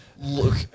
Look